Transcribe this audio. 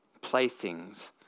playthings